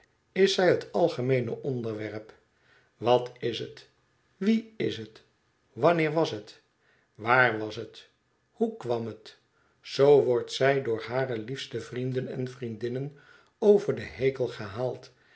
is zij het algemeene onderwerp wat is het wie is het wanneer was het waar was het hoe kwam het zoo wordt zij door hare liefste vrienden en vriendinnen over den hekel gehaald